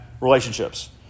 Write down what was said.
relationships